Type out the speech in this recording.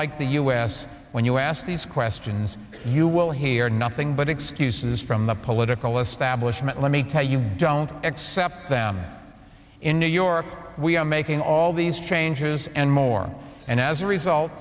like the u s when you ask these questions you will hear nothing but excuses from the political establishment let me tell you don't accept them in new york we are making all these changes and more and as a result